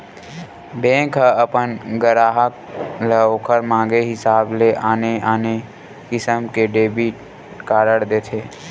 bank ह अपन गराहक ल ओखर मांगे हिसाब ले आने आने किसम के डेबिट कारड देथे